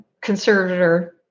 conservator